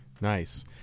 Nice